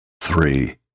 Three